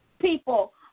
people